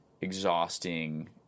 exhausting